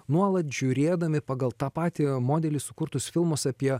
nuolat žiūrėdami pagal tą patį modelį sukurtus filmus apie